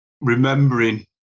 remembering